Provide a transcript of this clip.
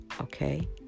okay